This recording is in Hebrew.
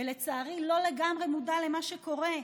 ולצערי לא לגמרי מודע למה שקורה.